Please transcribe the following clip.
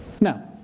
Now